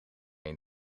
een